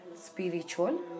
spiritual